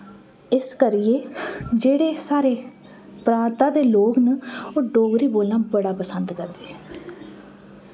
इस करिये जेह्ड़े सारे प्रातां दे लोक ना ओह् डोगरी बोलना बड़ा पसंद करदे